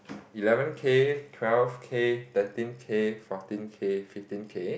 eleven K twelve K thirteen K fourteen K fifteen K